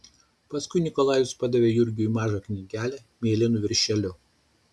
paskui nikolajus padavė jurgiui mažą knygelę mėlynu viršeliu